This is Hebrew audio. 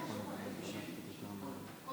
מדובר